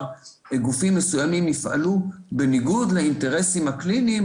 גופים מסוימים יפעלו בניגוד לאינטרסים הקליניים,